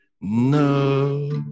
No